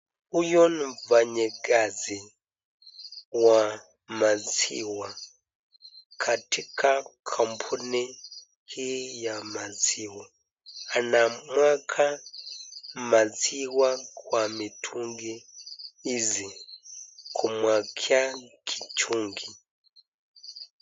Huyo ni mfanyikazi wa maziwa katika kampuni hii ya maziwa. Anamwaga maziwa kwa mitungi hizi, kumuekea kichungi.